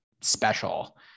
special